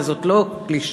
וזאת לא קלישאה.